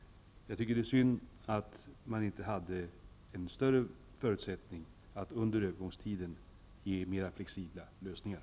Men jag tycker att det synd att man inte hade större förutsättningar att under övergångstiden medge mera flexibla lösningar.